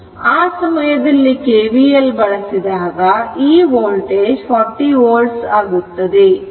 ಆ ಸಮಯದಲ್ಲಿ KVL ಬಳಸಿದಾಗ ಈ ವೋಲ್ಟೇಜ್ 40 volt ಆಗುತ್ತದೆ ಏಕೆಂದರೆ ಇಲ್ಲಿ 10 volt ಇದೆ